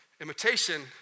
Imitation